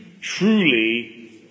Truly